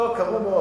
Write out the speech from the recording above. לא, קראו.